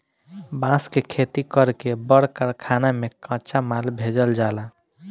बांस के खेती कर के बड़ कारखाना में कच्चा माल भेजल जाला